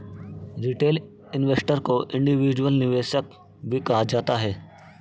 retail investor को individual निवेशक भी कहा जाता है